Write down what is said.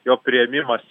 jo priėmimas